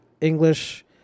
English